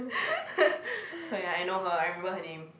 so ya I know her I remember her name